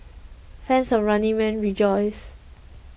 fans of Running Man rejoice